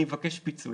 אני מבקש פיצוי.